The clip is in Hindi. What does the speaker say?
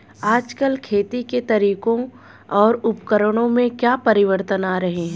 आजकल खेती के तरीकों और उपकरणों में क्या परिवर्तन आ रहें हैं?